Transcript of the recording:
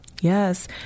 Yes